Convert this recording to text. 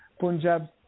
Punjab